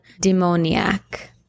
Demoniac